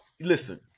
listen